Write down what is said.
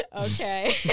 Okay